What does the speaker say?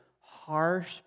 harsh